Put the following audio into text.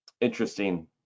Interesting